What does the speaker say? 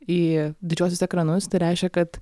į didžiuosius ekranus tai reiškia kad